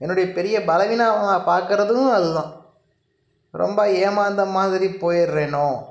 என்னுடைய பெரிய பலவீனமாக பார்க்கறதும் அது தான் ரொம்ப ஏமாந்த மாதிரி போயிட்றேனோ